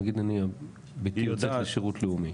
נגיד ביתי יוצאת לשירות לאומי.